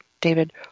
David